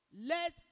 let